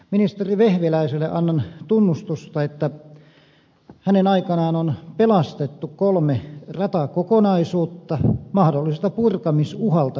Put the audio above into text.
ministeri vehviläiselle annan tunnustusta että hänen aikanaan on pelastettu kolme ratakokonaisuutta mahdolliselta purkamisuhalta kokonaan